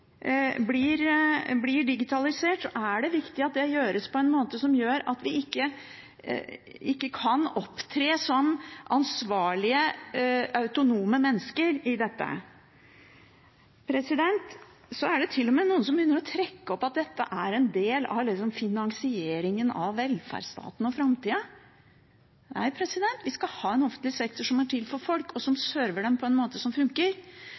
det viktig at det gjøres slik at vi kan opptre som ansvarlige, autonome mennesker i dette. Så er det til og med noen som begynner å trekke opp at dette er en del av finansieringen av velferdsstaten og framtida. Nei, vi skal ha en offentlig sektor som er til for folk, og som server dem på en måte som funker.